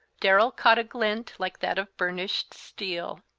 darrell caught a glint like that of burnished steel.